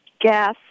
gas